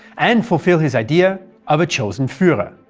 and fulfil his idea of a chosen fuehrer.